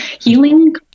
healing